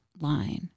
line